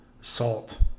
salt